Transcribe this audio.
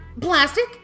Plastic